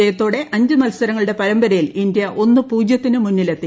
ജയത്തോടെ അഞ്ച് മത്സരങ്ങളുടെ പരമ്പര യിൽ ഇന്ത്യ ഒന്ന് പൂജ്യത്തിന് മുന്നിലെത്തി